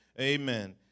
amen